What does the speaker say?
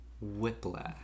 Whiplash